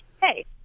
hey